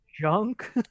junk